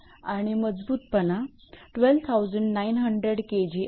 आणि मजबूतपणा 12900 𝐾𝑔 आहे